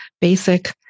basic